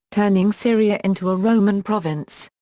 turning syria into a roman province.